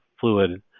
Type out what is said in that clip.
fluid